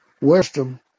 Wisdom